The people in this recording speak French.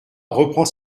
reprend